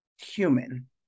human